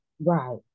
Right